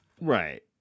Right